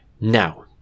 now